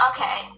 Okay